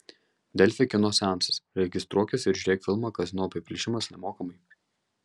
delfi kino seansas registruokis ir žiūrėk filmą kazino apiplėšimas nemokamai